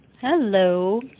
hello